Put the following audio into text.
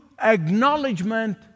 acknowledgement